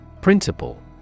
Principle